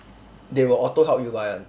they will auto help you buy [one]